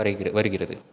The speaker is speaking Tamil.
வரைகிற வருகிறது